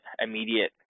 immediate